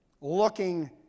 looking